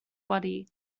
body